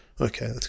Okay